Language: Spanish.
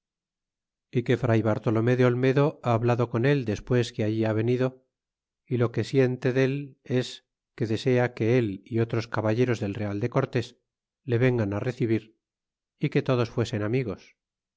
que fray bartolomé de olmedo ha hablado con él despues que allí ha venido é lo que siente dél es que desea que él y otros caballeros del real de cortés le vengan recebir é que todos fuesen amigos